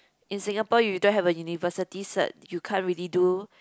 in Singapore you don't have a university cert you can't really do